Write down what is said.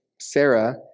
Sarah